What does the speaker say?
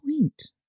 point